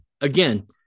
again